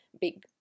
big